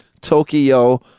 tokyo